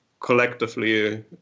collectively